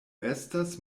estas